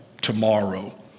tomorrow